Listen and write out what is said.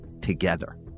Together